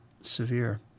severe